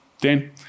Dan